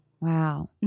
Wow